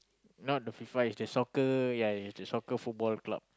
not the FIFA it's the soccer the soccer ya ya the soccer Football Club